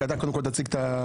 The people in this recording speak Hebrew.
רק אתה תציג את הבקשה.